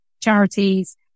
charities